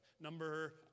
Number